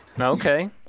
okay